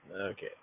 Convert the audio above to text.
Okay